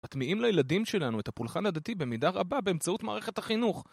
מטמיעים לילדים שלנו את הפולחן הדתי במידה רבה באמצעות מערכת החינוך